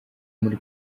muri